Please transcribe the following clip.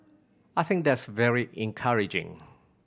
I think that's very encouraging